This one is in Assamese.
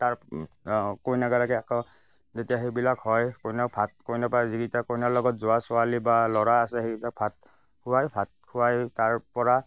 তাৰ কইনাগৰাকীৰ আকৌ যেতিয়া সেইবিলাক হয় কইনাক ভাত কইনাৰ পৰা যিকিটা কইনাৰ লগত যোৱা ছোৱালী বা ল'ৰা আছে সেইকেইটাক ভাত খুৱাই ভাত খুৱাই তাৰপৰা